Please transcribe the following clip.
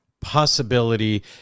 possibility